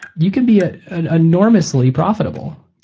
you can be ah ah enormously profitable.